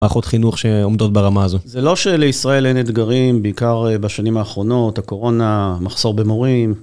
מערכות חינוך שעומדות ברמה הזו. זה לא שלישראל אין אתגרים, בעיקר בשנים האחרונות, הקורונה, מחסור במורים.